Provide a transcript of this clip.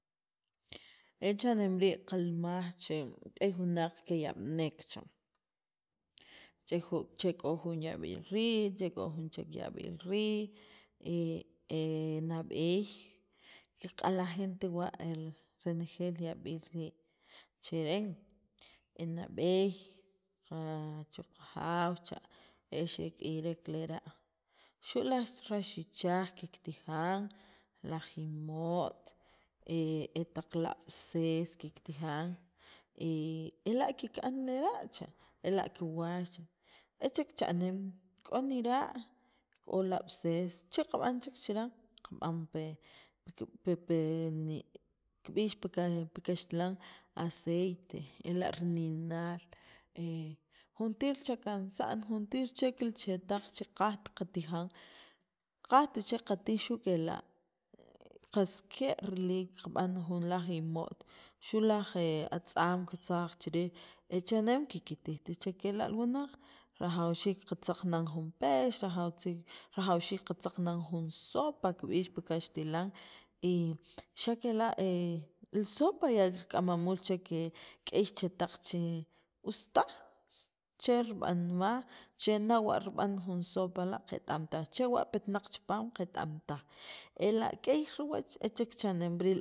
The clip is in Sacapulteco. e cha'nem rii' qilmaj che k'ey wunaq ke yab'nek cha che jun che k'o jun yab'iil rii' che k'o jun chek yab'iil rii' e nab'eey kik'aljint wa' renejeel li yab'iil rii' cheren e nab'eey qa qachuqajaaw cha e xe k'iyrek lera' xu' laj rax ichaj kiktijan laj imo't e taq labtz'es kiktijan ela' kika'n lera' cha ela' kiwaay cha e chek cha'neem k'o nira' k'o lab'tz'es che qab'an chek chiran kab'an pi pe pi nin pi kaxlan aceite ela' rininaal juntir chakansa'n juntir chek li chetaq che qaqaj qatijan qat chek qatij xu' kela' qas ke' riliik kab'an jun laj imo't xu' laj atz'am kitzaq chi riij e cha'neem kiktijt chek kela' li wunaq rajawxiik qatzaq nan jun pex, rajawxiik jun sopa kib'ix pi kaxtilan y xa' kela' li sopa ya rik'amamul chek k'ey chetaq che us taj che rib'anmaj che nawa' rib'an jun sopa la' qet- am taj chewa' petnaq chipaam qet- am taj ela' k'ey riwach e chek cha'nem rii'.